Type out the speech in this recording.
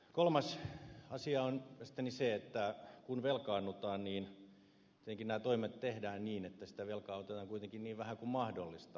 kolmas asia on mielestäni se että kun velkaannutaan niin tietenkin nämä toimet tehdään niin että sitä velkaa otetaan kuitenkin niin vähän kuin mahdollista pitkällä aikavälillä